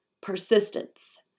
persistence